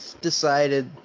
decided